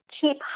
keep